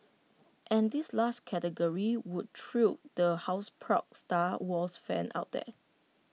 and this last category will thrill the houseproud star wars fans out there